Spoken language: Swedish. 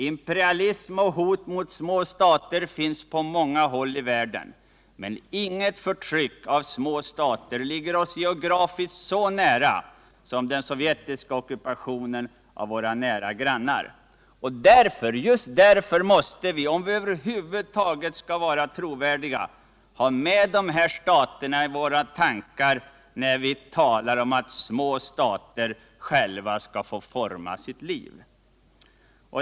Imperialism och hot mot små stater finns på många håll i världen, men inget förtryck ligger oss geografiskt så nära som den sovjetiska ockupationen av våra nära grannar. Just därför måste — om vi över huvud taget vill vara trovärdiga — dessa stater alltid finnas med i våra tankar när vi talar om att små stater själva skall få forma sitt liv.